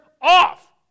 off